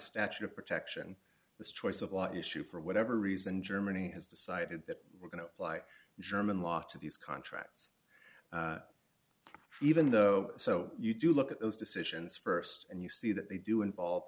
statute of protection this choice of life issue for whatever reason germany has decided that we're going to apply german law to these contracts even though so you do look at those decisions st and you see that they do involve